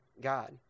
God